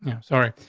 yeah sorry.